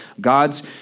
God's